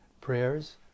prayers